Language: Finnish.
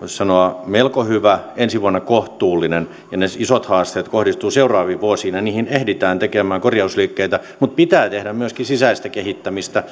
voisi sanoa melko hyvä ensi vuonna kohtuullinen ja ne isot haasteet kohdistuvat seuraaviin vuosiin ja niihin ehditään tekemään korjausliikkeitä mutta pitää tehdä myöskin sisäistä kehittämistä